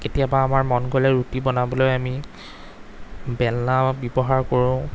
কেতিয়াবা আমাৰ মন গলে ৰুটি বনাবলৈ আমি বেলনা ব্যৱহাৰ কৰোঁ